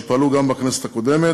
שפעלו גם בכנסת הקודמת.